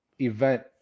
event